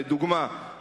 לדוגמה,